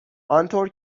آنطور